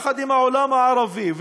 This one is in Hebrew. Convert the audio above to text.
יחד עם העולם הערבי,